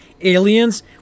Aliens